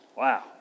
Wow